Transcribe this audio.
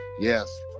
Yes